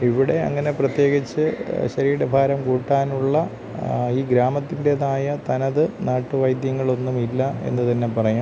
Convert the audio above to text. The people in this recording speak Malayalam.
ഇവിടെ അങ്ങനെ പ്രത്യേകിച്ച് ശരീരഭാരം കൂട്ടാനുള്ള ആ ഈ ഗ്രാമത്തിൻറ്റേതായ തനത് നാട്ട് വൈദ്യങ്ങളൊന്നുമില്ല എന്ന് തന്നെ പറയാം